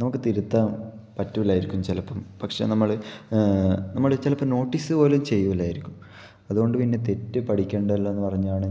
നമുക്ക് തിരുത്താന് പറ്റില്ലായിരിക്കും ചിലപ്പം പക്ഷെ നമ്മള് നമ്മള് ചിലപ്പോൾ നോട്ടീസ് പോലും ചെയ്യില്ലായിരിക്കും അതുകൊണ്ടുപിന്നെ തെറ്റ് പഠിക്കണ്ടല്ലോ എന്ന് പറഞ്ഞാണ് ഞാന്